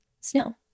Snow